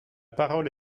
parole